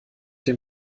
dem